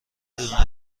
دونه